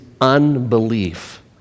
unbelief